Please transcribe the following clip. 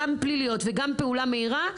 גם פליליות וגם פעולה מהירה,